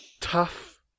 tough